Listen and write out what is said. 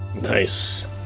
Nice